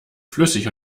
flüssig